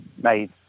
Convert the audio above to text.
made